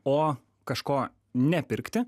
o kažko nepirkti